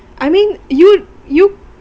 I mean you you